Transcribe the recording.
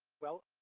well,